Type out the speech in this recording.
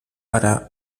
para